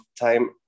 time